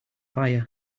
fire